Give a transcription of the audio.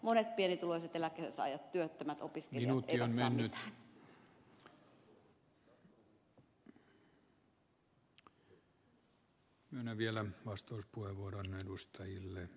monet pienituloiset eläkkeensaajat työttömät opiskelijat eivät saa mitään